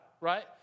right